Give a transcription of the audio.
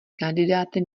kandidáty